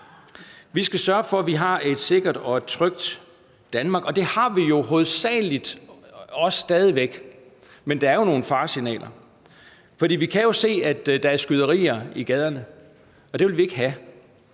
Vi skal sørge for, at vi har et sikkert og trygt Danmark. Og det har vi hovedsagelig stadig væk, men der er nogle faresignaler, for vi kan jo se, at der er skyderier i gaderne, og det vil vi ikke have.